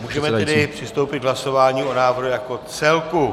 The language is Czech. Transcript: Můžeme tedy přistoupit k hlasování o návrhu jako celku.